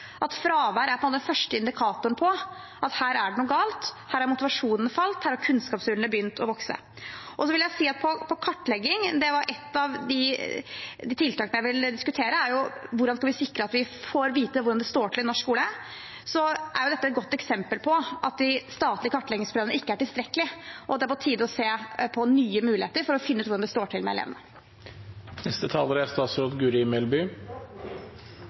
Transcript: at fravær er den første indikatoren på at her er det noe galt, her har motivasjonen falt, her har kunnskapshullene begynt å vokse. Når det gjelder kartlegging, som er et av de tiltakene jeg vil diskutere, er spørsmålet: Hvordan skal vi sikre at vi får vite hvordan det står til i norsk skole? Dette er et godt eksempel på at de statlige kartleggingsprøvene ikke er tilstrekkelig, og at det er på tide å se på nye muligheter for å finne ut hvordan det står til med elevene. Jeg tenkte jeg kunne bruke dette innlegget til å gå litt nærmere inn på noe av det som er